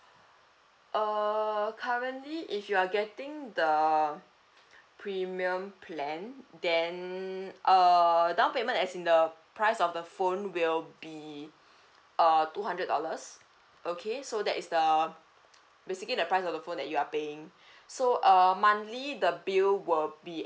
err currently if you are getting the premium plan then err down payment as in the price of the phone will be err two hundred dollars okay so that is the basically the price of the phone that you are paying so err monthly the bill will be